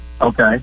okay